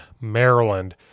Maryland